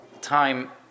time